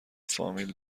فامیل